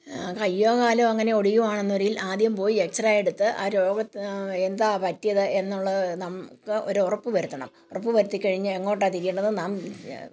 കയ്യോ കാലോ അങ്ങനെ ഒടിയുവാണന്നൊരിൽ ആദ്യം പോയി എക്സ് റേ എടുത്ത് ആ രോഗത്ത് എന്താ പറ്റിയത് എന്നുള്ളത് നമുക്ക് ഒരു ഉറപ്പ് വരുത്തണം ഉറപ്പ് വരുത്തി കഴിഞ്ഞ് എങ്ങോട്ടാണ് തിരിയേണ്ടത് നാം